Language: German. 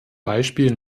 beispiel